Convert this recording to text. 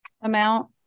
amount